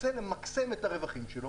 רוצה למקסם את הרווחים שלו